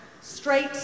straight